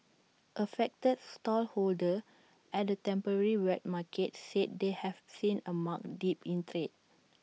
affected stallholders at the temporary wet market said they have seen A marked dip in trade